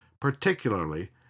Particularly